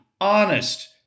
honest